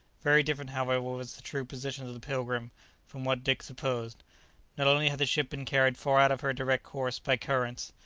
very different, however, was the true position of the pilgrim from what dick supposed not only had the ship been carried far out of her direct course by currents,